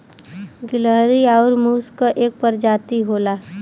गिलहरी आउर मुस क एक परजाती होला